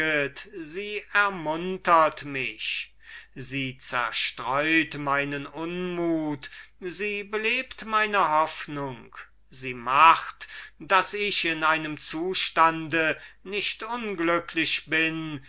sie ermuntert mich sie zerstreut meinen unmut sie belebt meine hoffnung sie macht daß ich in einem zustande nicht unglücklich bin